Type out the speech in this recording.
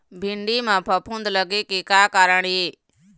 भिंडी म फफूंद लगे के का कारण ये?